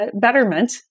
betterment